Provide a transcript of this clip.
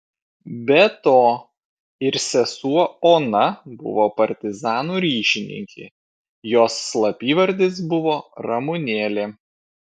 be to ir sesuo ona buvo partizanų ryšininkė jos slapyvardis buvo ramunėlė